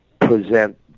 present